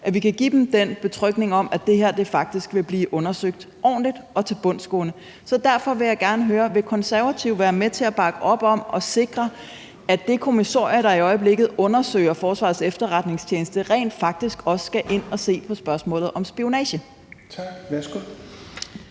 at vi kan give dem den betryggelse om, at det her faktisk vil blive undersøgt ordentligt og tilbundsgående. Så derfor vil jeg gerne høre: Vil Konservative være med til at bakke op om at sikre, at man i forhold til det kommissorie, der i øjeblikket ligger for at undersøge Forsvarets Efterretningstjeneste, rent faktisk også skal ind at se på spørgsmålet om spionage? Kl.